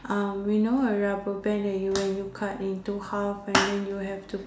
uh you know a rubber band that when you cut into half and then you have to